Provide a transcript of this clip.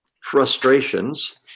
frustrations